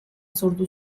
sortu